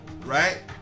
right